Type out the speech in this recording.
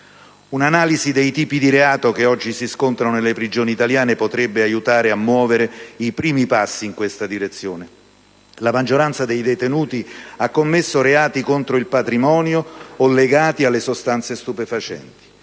Un'analisi dei tipi di reato che oggi si scontano nelle prigioni italiane potrebbe aiutare a muovere i primi passi in questa direzione. La maggioranza dei detenuti ha commesso reati contro il patrimonio o legati alle sostanze stupefacenti.